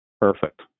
Perfect